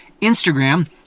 Instagram